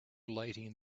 lighting